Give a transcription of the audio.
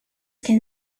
can